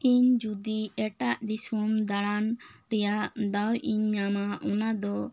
ᱤᱧ ᱡᱩᱫᱤ ᱮᱴᱟᱜ ᱫᱤᱥᱚᱢ ᱫᱟᱬᱟᱱ ᱨᱮᱭᱟᱜ ᱫᱟᱣ ᱤᱧ ᱧᱟᱢᱟ ᱚᱱᱟ ᱫᱚ ᱵᱟᱝᱞᱟᱫᱮᱥ